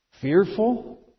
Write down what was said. Fearful